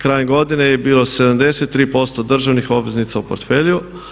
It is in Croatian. Krajem godine je bio 73% državnih obveznica u portfelju.